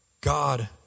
God